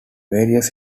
various